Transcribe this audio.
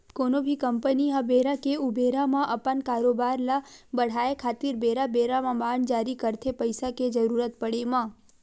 कोनो भी कंपनी ह बेरा के ऊबेरा म अपन कारोबार ल बड़हाय खातिर बेरा बेरा म बांड जारी करथे पइसा के जरुरत पड़े म